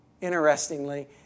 Interestingly